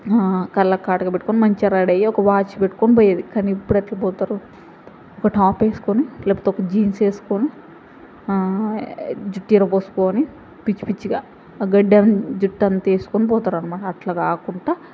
కళ్ళకు కాటుక పెట్టుకుని మంచిగా రెడీ అయి ఒక వాచ్ పెట్టుకుని పోయేది కానీ ఇప్పుడు ఎట్లా పోతారు ఒక టాప్ వేసుకొని లేకపోతే ఒక జీన్స్ వేసుకొని జుట్టు విరబోసుకొని పిచ్చిపిచ్చిగా ఆ గడ్డి అంతా జుట్టు అంతా వేసుకొని పోతారు అన్నమాట అట్ల కాకుండా